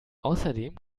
außerdem